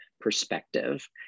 perspective